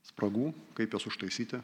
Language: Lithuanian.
spragų kaip jas užtaisyti